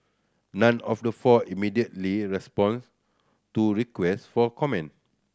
none of the four immediately responded to requests for comment